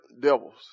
devils